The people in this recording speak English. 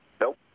Nope